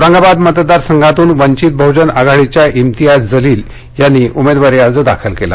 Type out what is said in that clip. औरंगाबाद मतदार संघातून वंचित बहुजन आघाडीच्या इम्तियाज जलील यांनी उमेदवारी अर्ज दाखल केला